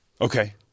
Okay